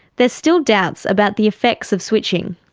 there's still doubts about the effects of switching.